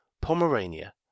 pomerania